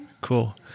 cool